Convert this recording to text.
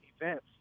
events